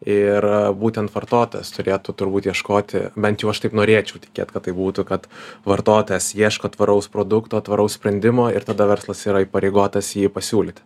ir būtent vartotojas turėtų turbūt ieškoti bent jau aš taip norėčiau tikėt kad tai būtų kad vartotojas ieško tvaraus produkto tvaraus sprendimo ir tada verslas yra įpareigotas jį pasiūlyti